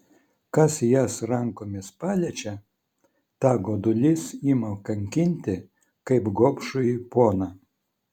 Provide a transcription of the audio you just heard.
kas jas rankomis paliečia tą godulys ima kankinti kaip gobšųjį poną